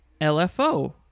lfo